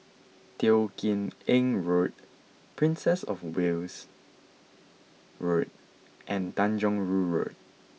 Teo Kim Eng Road Princess Of Wales Road and Tanjong Rhu Road